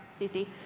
CC